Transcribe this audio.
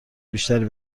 بیشتری